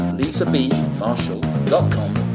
lisabmarshall.com